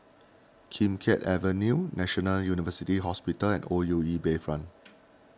Kim Keat Avenue National University Hospital and O U E Bayfront